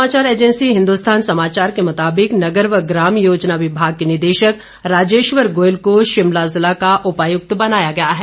समाचार एजेंसी हिंदुस्थान समाचार के मुताबिक नगर व ग्राम योजना विभाग के निदेशक राजेश्वर गोयल को शिमला जिला का उपायुक्त बनाया गया है